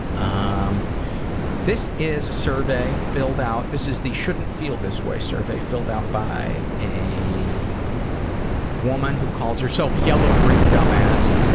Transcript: um this is a survey filled out, this is the i shouldn't feel this way survey filled out by a woman who calls herself yellowbrick dumbass.